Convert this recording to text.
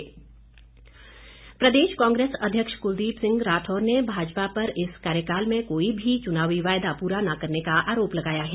राठौर प्रदेश कांग्रेस अध्यक्ष कुलदीप सिंह राठौर ने भाजपा पर इस कार्यकाल में कोई भी चुनावी वायदा पूरा न करने का आरोप लगाया है